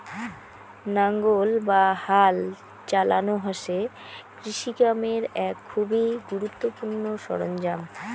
নাঙ্গল বা হাল চালানো হসে কৃষি কামের এক খুবই গুরুত্বপূর্ণ সরঞ্জাম